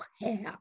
hair